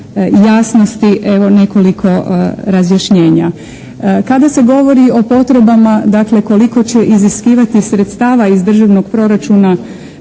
jasnosti evo nekoliko razjašnjenja. Kada se govori o potrebama dakle koliko će iziskivati sredstava iz državnog proračuna